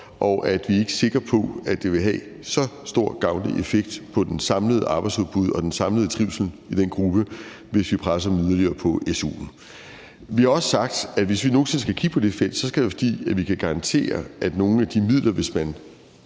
og fordi vi ikke er sikre på, at det vil have en særlig stor eller gavnlig effekt på det samlede arbejdsudbud og den samlede trivsel i den gruppe, hvis vi presser dem på yderligere på su'en. Vi har også sagt, at hvis vi nogen sinde skal kigge på det felt, skal det være, fordi vi kan garantere, at nogle af de midler, der